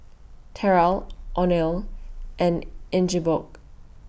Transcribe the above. Terra Oneal and Ingeborg